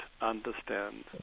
understand